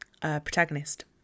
protagonist